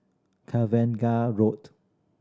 Cavengah Road